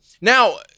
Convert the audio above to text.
Now